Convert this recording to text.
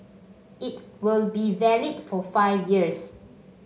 it will be valid for five years